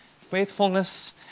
faithfulness